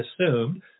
assumed